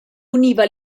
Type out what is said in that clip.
univa